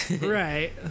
Right